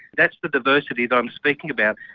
that's the diversity that i'm speaking about.